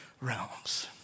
realms